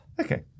Okay